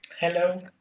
Hello